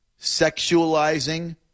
sexualizing